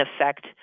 effect